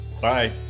bye